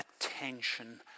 attention